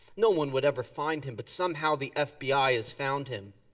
no one would ever find him but somehow the fbi has found him.